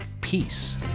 Peace